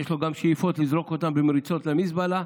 יש לו גם שאיפות לזרוק אותם במריצות למזבלה,